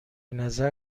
نظر